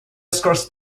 escorts